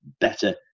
better